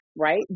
right